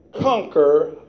conquer